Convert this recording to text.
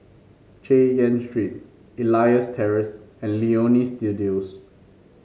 Chay Yan Street Elias Terrace and Leonie Studio